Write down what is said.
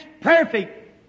perfect